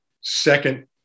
second